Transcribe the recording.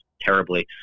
terribly